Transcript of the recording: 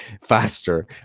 faster